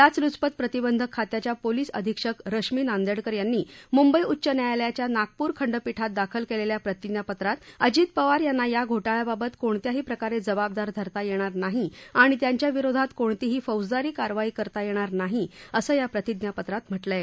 लाचलूचपत प्रतिबंधक खात्याच्या पोलिस अधीक्षक रश्मी नांदेडकर यांनी मुंबई उच्च न्यायालयाच्या नागपूर खंडपीठात दाखल केलेल्या प्रतिज्ञापत्रात अजित पवार यांना या घोटाळ्याबाबत कोणत्याही प्रकारे जबाबदार धरता येणार नाही आणि त्यांच्या विरोधात कोणतीही फौजदारी कारवाई करता येणार नाही असं या प्रतिज्ञापत्रात म्हटलं आहे